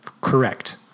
Correct